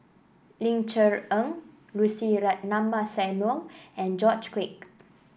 Ling Cher Eng Lucy Ratnammah Samuel and George Quek